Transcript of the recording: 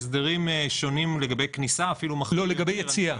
הסדרים שונים לגבי כניסה אפילו מחמירים --- לגבי יציאה.